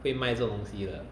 会卖这种东西的